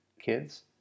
kids